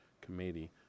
committee